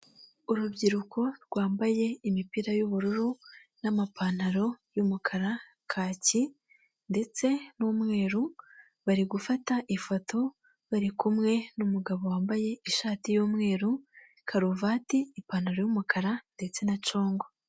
Urubyiruko rwambaye imipira y'ubururu n'amapantaro y'umukara, kaki ndetse n'umweru, bari gufata ifoto bari kumwe n'umugabo wambaye ishati y'umweru, karuvati, ipantaro y'umukara ndetse na congo.